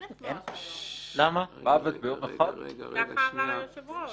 אין הצבעות היום, ככה אמר היושב ראש.